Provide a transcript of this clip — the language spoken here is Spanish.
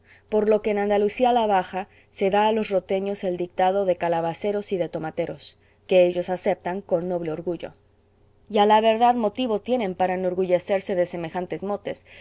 por lo que en andalucía la baja se da a los roteños el dictado de calabaceros y de tomateros que ellos aceptan con noble orgullo y a la verdad motivo tienen para enorgullecerse de semejantes motes